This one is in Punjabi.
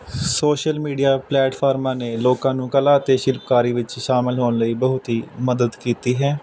ਸੋਸ਼ਲ ਮੀਡੀਆ ਪਲੇਟਫਾਰਮਾਂ ਨੇ ਲੋਕਾਂ ਨੂੰ ਕਲਾ ਅਤੇ ਸ਼ਿਲਪਕਾਰੀ ਵਿੱਚ ਸ਼ਾਮਿਲ ਹੋਣ ਲਈ ਬਹੁਤ ਹੀ ਮਦਦ ਕੀਤੀ ਹੈ